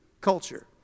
culture